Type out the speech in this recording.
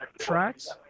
tracks